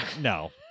no